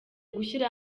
gushyira